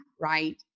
Right